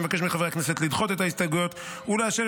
אני מבקש מחברי הכנסת לדחות את ההסתייגויות ולאשר